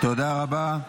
תודה רבה.